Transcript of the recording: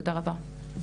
תודה רבה.